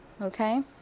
okay